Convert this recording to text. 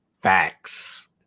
Facts